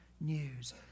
news